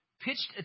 pitched